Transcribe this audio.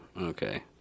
okay